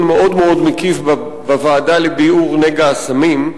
מאוד מקיף בוועדה לביעור נגע הסמים,